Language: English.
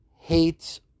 Hates